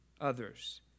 others